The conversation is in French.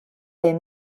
est